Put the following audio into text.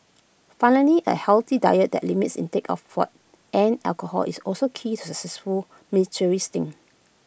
finally A healthy diet that limits intake of fat and alcohol is also key to successful military stint